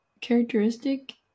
characteristic